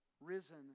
risen